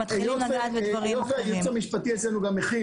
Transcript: היועץ המשפטי אצלנו הכין